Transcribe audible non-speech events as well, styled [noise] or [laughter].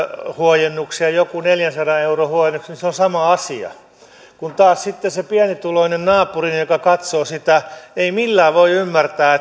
huojennuksen ja joku neljänsadan euron huojennuksen niin se on sama asia kun taas sitten se pienituloinen naapuri joka katsoo sitä ei millään voi ymmärtää [unintelligible]